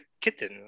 kitten